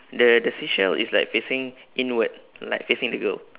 the the seashell is like facing inward like facing the girl